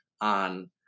on